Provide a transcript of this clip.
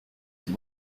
with